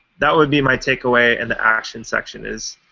that would be my take away in the action section, is,